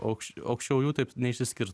aukščiau aukščiau jų taip neišsiskirtų